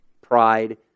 pride